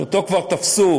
שאותו כבר תפסו,